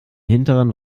hinteren